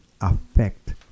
affect